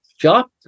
job